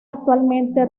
actualmente